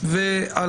ועל